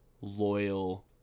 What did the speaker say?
loyal